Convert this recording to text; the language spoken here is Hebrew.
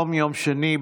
שני,